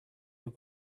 your